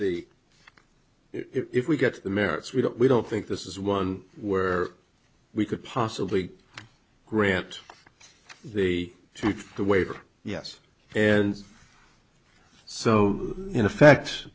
the if we get the merits we don't we don't think this is one where we could possibly grant the truth the waiver yes and so in effect